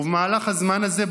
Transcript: ובמהלך הזמן הזה,